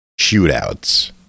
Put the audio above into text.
shootouts